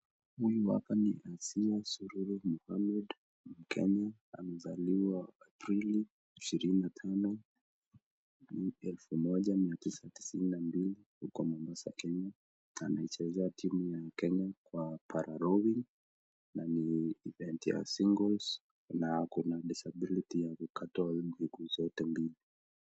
Huyu hapa ni Asiya Sururu Mohammed. Mkenya amezaliwa Aprili, ishirini na tano, elfu moja mia tisa tisini na mbili huko Mombasa, Kenya. Anaichezea timu ya Kenya kwa, Para-rowing, na ni event ya singles . Na ako na disability ya kukatwa miguu zote mbili.